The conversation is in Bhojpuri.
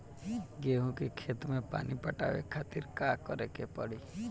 गेहूँ के खेत मे पानी पटावे के खातीर का करे के परी?